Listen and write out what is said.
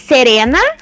Serena